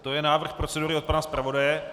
To je návrh procedury od pana zpravodaje.